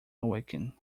awaken